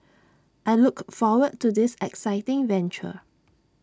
I look forward to this exciting venture